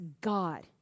God